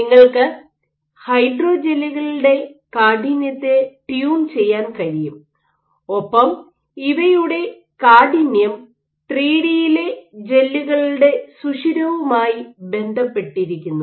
നിങ്ങൾക്ക് ഹൈഡ്രോജെല്ലുകളുടെ കാഠിന്യത്തെ ട്യൂൺ ചെയ്യാൻ കഴിയും ഒപ്പം ഇവയുടെ കാഠിന്യം ത്രിഡിയിലെ ജെല്ലുകളുടെ സുഷിരവുമായി ബന്ധപ്പെട്ടിരിക്കുന്നു